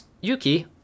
Yuki